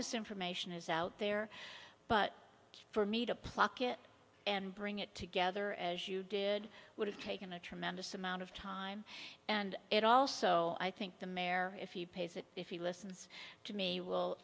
this information is out there but for me to pluck it and bring it together as you did would have taken a tremendous amount of time and it also i think the mare if you pace it if he listens to me will